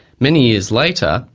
many years later,